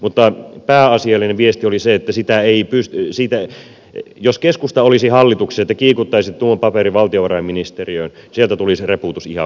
mutta pääasiallinen viesti oli se että jos keskusta olisi hallituksessa ja te kiikuttaisitte tuon paperin valtiovarainministeriöön sieltä tulisi reputus ihan välittömästi